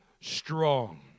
strong